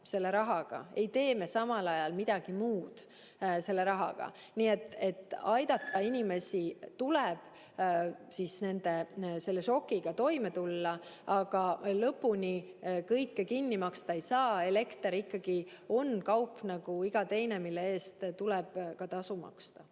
selle rahaga, ei tee me samal ajal midagi muud selle rahaga. Nii et inimesi tuleb aidata šokiga toime tulla, aga lõpuni kõike kinni maksta ei saa. Elekter on ikkagi kaup nagu iga teinegi, mille eest tuleb ka tasuda.